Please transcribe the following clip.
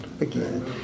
again